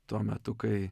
tuo metu kai